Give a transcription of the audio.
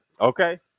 okay